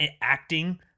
acting